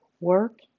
Work